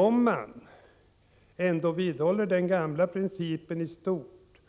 Om man däremot vidhåller den gamla principen i stort